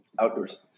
Outdoors